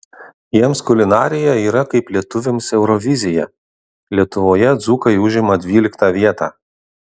jiems kulinarija yra kaip lietuviams eurovizija lietuvoje dzūkai užima dvyliktą vietą